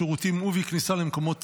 בשירותים ובכניסה למקומות ציבוריים,